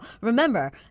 Remember